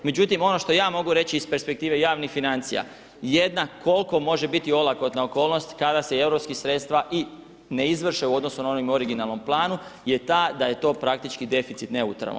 Međutim, ono što ja mogu reći iz perspektive javnih financija, jedna, koliko može biti olakotna okolnost kada se europski sredstva i ne izvrše u odnosu na onom originalnom planu, je ta da je to praktički deficit neutralan.